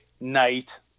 night